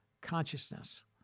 consciousness